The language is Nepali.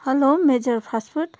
hello major fast food